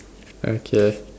okay